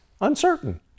uncertain